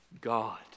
God